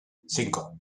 cinco